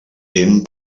hem